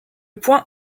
point